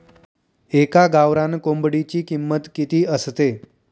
एका गावरान कोंबडीची किंमत किती असते?